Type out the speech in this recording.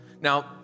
Now